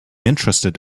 interested